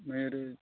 मागीर